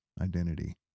identity